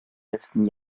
letzten